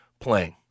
playing